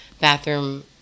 bathroom